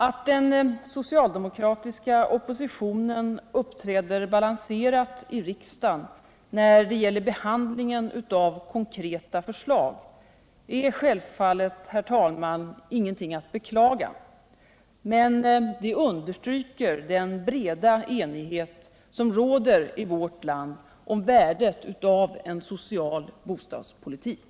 Att den socialdemokratiska oppositionen uppträder balanserat i riksdagen när det gäller behandlingen av konkreta förslag är självfallet, herr talman, inget att beklaga, men det understryker den breda enighet som råder i vårt land om värdet av en social bostadspolitik.